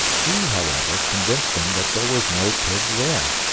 he, however, convinced them that there was no pig there,